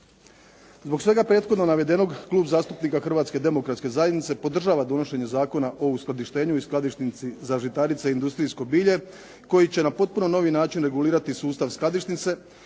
Zbog svega prethodno navedenog klub zastupnika Hrvatske demokratske zajednice podržava donošenje Zakona o uskladištenju i skladišnici za žitarice i industrijsko bilje koji će na potpuno novi način regulirati sustav skladišnice,